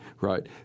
Right